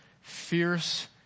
Fierce